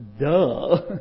duh